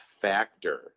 factor